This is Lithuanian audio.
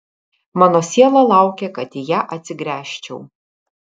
mano siela laukia kad į ją atsigręžčiau